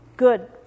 Good